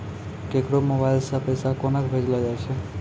केकरो मोबाइल सऽ पैसा केनक भेजलो जाय छै?